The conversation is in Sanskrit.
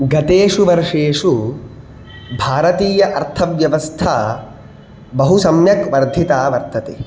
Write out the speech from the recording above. गतेषु वर्षेषु भारतीय अर्थव्यवस्था बहु सम्यक् वर्धिता वर्तते